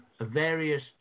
various